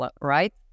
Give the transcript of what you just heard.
right